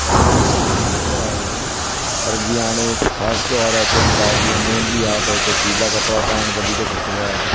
त कपड़न जो जेको महत्व आहे पर जीअं हाणे ख़ासि त्योहार अचनि था जीअं हाणे मेंहदी आ त उते पीला कपिड़ा पाइणु वधीक सुठो आहे